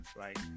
right